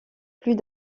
plus